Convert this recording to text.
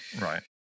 Right